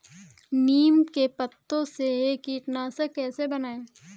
नीम के पत्तों से कीटनाशक कैसे बनाएँ?